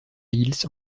hills